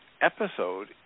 episode